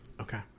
Okay